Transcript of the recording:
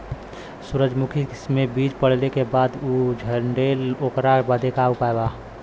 सुरजमुखी मे बीज पड़ले के बाद ऊ झंडेन ओकरा बदे का उपाय बा?